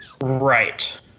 Right